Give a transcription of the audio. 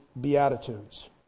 Beatitudes